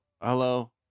hello